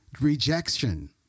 Rejection